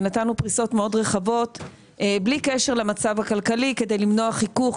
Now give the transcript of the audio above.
ונתנו פריסות מאוד רחבות בלי קשר למצב הכלכלי כדי למנוע חיכוך,